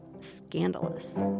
scandalous